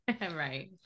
right